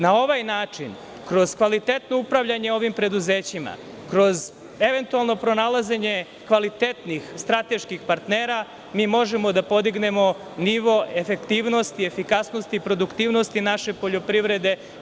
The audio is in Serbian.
Na ovaj način kroz kvalitetno upravljanje ovim preduzećima, kroz eventualno pronalaženje kvalitetnih strateških partnera, mi možemo da podignemo nivo efektivnosti, efikasnosti i produktivnosti naše poljoprivrede.